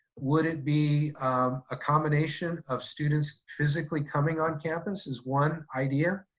would it be a combination of students physically coming on campus, is one idea.